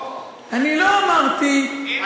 אני לא אמרתי,